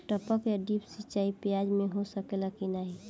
टपक या ड्रिप सिंचाई प्याज में हो सकेला की नाही?